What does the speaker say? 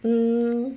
um